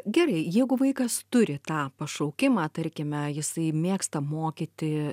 gerai jeigu vaikas turi tą pašaukimą tarkime jisai mėgsta mokyti